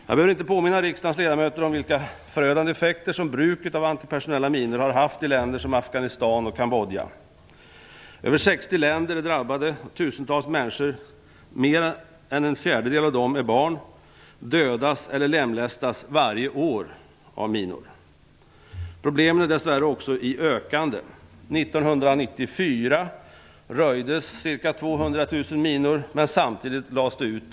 Jag behöver inte påminna riksdagens ledamöter om vilka förödande effekter som bruket av antipersonella minor har haft i länder som Afghanistan och Kambodja. Över 60 länder är drabbade, och tusentals människor - mer än en fjärdedel av dem är barn - dödas eller lemlästas varje år av minor. Problemen är dess värre också i ökande. År 1994 röjdes ca 200 000 minor samtidigt som 2 miljoner nya placerades ut!